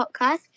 podcast